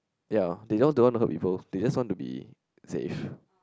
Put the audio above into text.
ya they just don't want to hurt people they just want to be safe